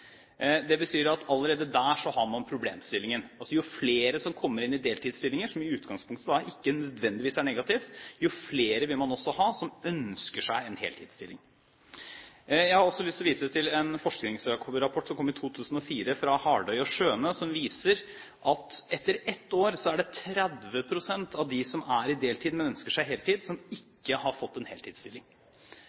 Det betyr at allerede der har man problemstillingen – jo flere som kommer inn i deltidsstillinger, som i utgangspunktet ikke nødvendigvis er negativt, jo flere vil man også ha som ønsker seg en heltidsstilling. Jeg har også lyst til vise til en forskningsrapport som kom i 2004 fra Hardoy og Schøne, som viser at etter ett år har 30 pst. av dem som er på deltid, men som ønsker seg heltid, ikke fått en heltidsstilling. Av de 20 pst. som ønsker seg en heltidsstilling,